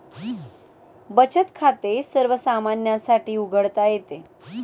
बचत खाते सर्वसामान्यांसाठी उघडता येते